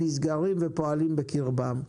נסגרים ופועלים בקרבן?